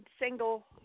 single